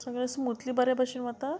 सगळें स्मुथली बरे भशेन वता